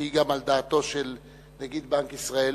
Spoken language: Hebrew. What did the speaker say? שהיא גם על דעתו של נגיד בנק ישראל.